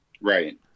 Right